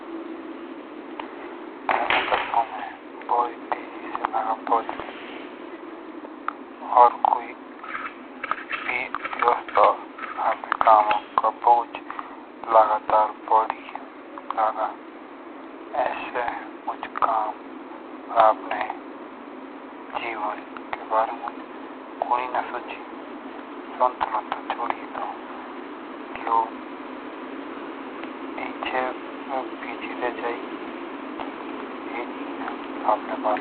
एला का समय भारी तेजी से लगा बदली। हर कोइ भी व्यस्त हो आपने काम का बोज बौड़ी लगा ऐसे मुझमें कम और आपने जीवन के बारे मुझ कुड़ी ना सुची लोग ऐचे बिजी रहे जाए कि हेर्ना आपणे बारे मुझ केच भी।